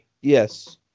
Yes